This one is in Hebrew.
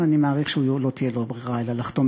אני מעריך שלא תהיה לו ברירה אלא לחתום,